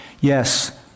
Yes